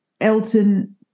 Elton